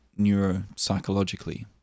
neuropsychologically